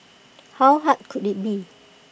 how hard could IT be